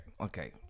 Okay